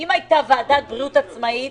שאם הייתה ועדת בריאות עצמאית,